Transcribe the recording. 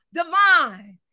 divine